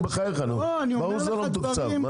בחייך, ברור שזה לא מתוקצב.